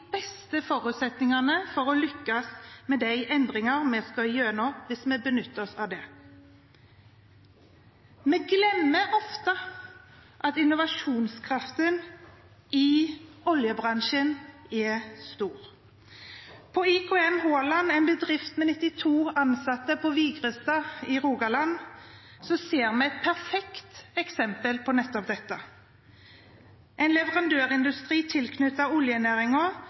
beste forutsetningene for å lykkes med de endringer vi skal igjennom, hvis vi benytter oss av det. Vi glemmer ofte at innovasjonskraften i oljebransjen er stor. På IKM Haaland, en bedrift med 92 ansatte på Vigrestad i Rogaland, ser vi et perfekt eksempel på nettopp dette, en leverandørindustri